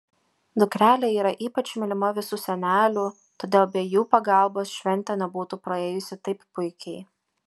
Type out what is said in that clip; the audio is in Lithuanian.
dukrelė yra ypač mylima visų senelių todėl be jų pagalbos šventė nebūtų praėjusi taip puikiai